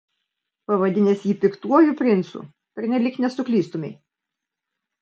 pavadinęs jį piktuoju princu pernelyg nesuklystumei